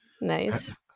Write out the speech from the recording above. Nice